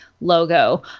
logo